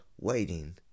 waiting